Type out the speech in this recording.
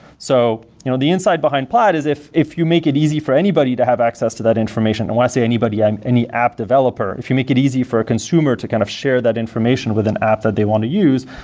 so you know the insight behind plaid is if if you make it easy for anybody to have access to that information, and i say anybody, any app developer, if you make it easy for a consumer to kind of share that information with an app that they want to use,